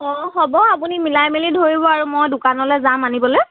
অঁ হ'ব আপুনি মিলাই মিলি ধৰিব আৰু মই দোকানলে যাম আনিবলৈ